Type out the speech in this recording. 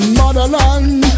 motherland